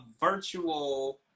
virtual